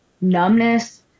numbness